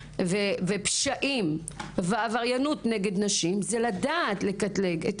ופשעים ועבריינות נגד נשים זה לדעת לקטלג את